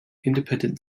independent